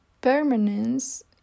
Permanence